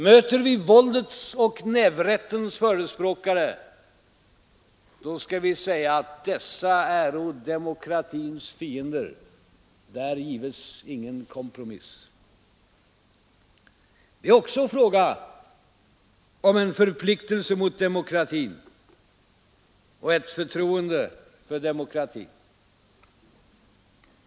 Möter vi våldets och nävrättens förespråkare, då skall vi säga att dessa är demokratins fiender, där gives ingen kompromiss. Detta är också en fråga om en förpliktelse mot demokratin och ett förtroende för demokratin.